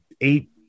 eight